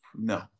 no